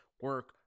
Work